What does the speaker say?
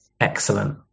Excellent